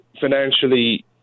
financially